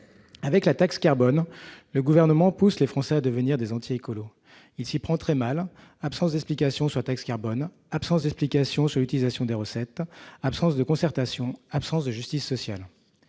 Avec la taxe carbone, le Gouvernement pousse les Français à devenir des « anti-écolos ». Il s'y prend très mal : absence d'explications sur la taxe carbone, absence d'explications sur l'utilisation des recettes, absence de concertation, absence de justice sociale.